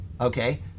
Okay